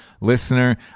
listener